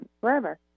forever